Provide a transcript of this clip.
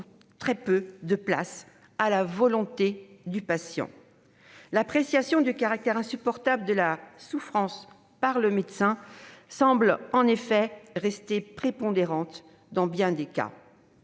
que peu de place à la volonté du patient. L'appréciation du caractère insupportable de la souffrance par le médecin semble rester prépondérante dans bien des cas.